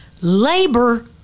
Labor